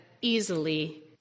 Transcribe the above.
easily